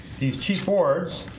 these cheese ford's.